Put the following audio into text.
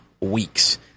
weeks